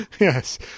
Yes